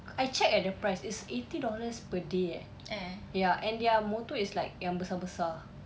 I check eh the price it's eighty dollars per day eh ya and their motor is like yang besar-besar